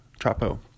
Trapo